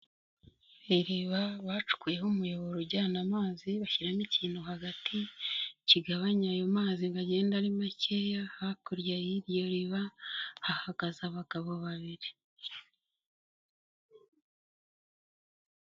Reba bacukuyeho umuyoboro ujyana amazi bashyiramo ikintu hagati kigabanya ayo mazi ngo agende ari makeya, hakurya y'iryo riba hagaze abagabo babiri.